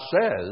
says